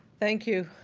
thank you,